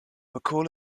mccall